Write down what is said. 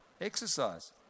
Exercise